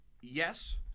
yes